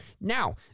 Now